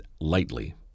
lightly